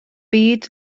byd